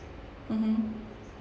mmhmm